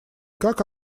как